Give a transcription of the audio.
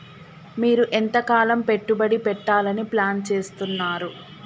మీరు ఎంతకాలం పెట్టుబడి పెట్టాలని ప్లాన్ చేస్తున్నారు?